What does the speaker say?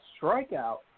strikeout